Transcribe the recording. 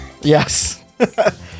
yes